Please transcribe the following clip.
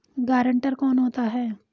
Guarantor कौन होता है?